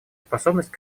способность